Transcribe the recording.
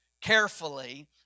carefully